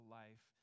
life